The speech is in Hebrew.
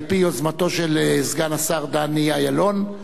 על-פי יוזמתו של סגן השר דני אילון.